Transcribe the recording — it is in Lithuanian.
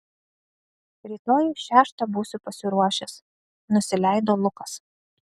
rytoj šeštą būsiu pasiruošęs nusileido lukas